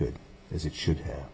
good as it should